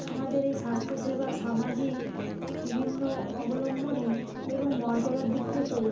আমাদের এই স্বাস্থ্যসেবা সামাজিক বিভিন্ন অবলম্বনে এবং মর্যাদার দিক থেকে